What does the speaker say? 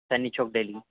Chandni Chowk Delhi